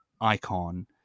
icon